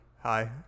Hi